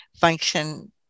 function